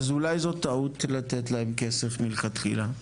אז אולי זו טעות לתת להם כסף מלכתחילה,